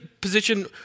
position